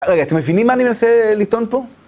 רגע, אתם מבינים מה אני מנסה לטעון פה?